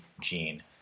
gene